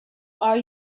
are